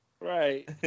Right